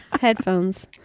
Headphones